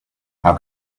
how